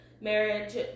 marriage